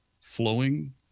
flowing